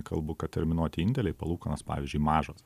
kalbu kad terminuoti indėliai palūkanos pavyzdžiui mažos